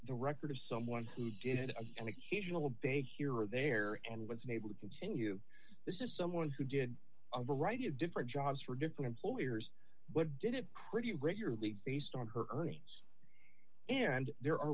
the record of someone who did an occasional day here or there and was unable to continue this is someone who did a variety of different jobs for different employers but did it pretty regularly based on her earnings and there are